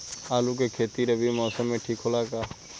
आलू के खेती रबी मौसम में ठीक होला का?